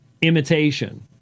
imitation